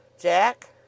Jack